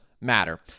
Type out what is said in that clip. matter